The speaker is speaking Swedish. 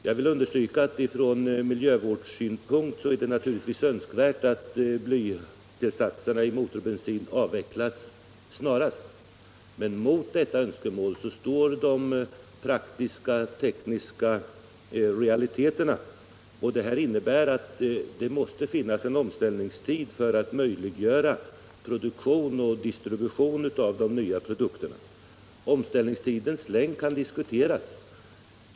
Jag vill understryka att från miljövårdssynpunkt är det naturligtvis önskvärt att blytillsatserna i motorbensin avvecklas snarast, men mot detta önskemål står de praktiska tekniska realiteterna, och det innebär att det måste vara en omställningstid för att möjliggöra produktion och distribution av de nya produkterna. Omställningstidens längd kan diskuteras.